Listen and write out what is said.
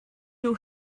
you